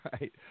right